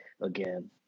again